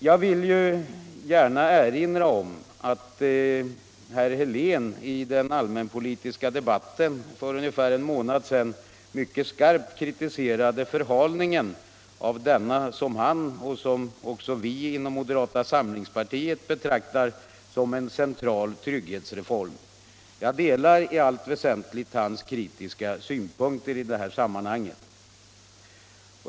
Jag vill här erinra om att herr Helén i den allmänpolitiska debatten för ungefär en månad sedan mycket skarpt kritiserade förhalningen av denna reform, som han och vi inom moderata samlingspartiet betraktar som en central trygghetsreform. Jag delar i allt väsentligt herr Heléns kritiska synpunkter.